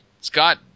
Scott